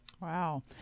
Wow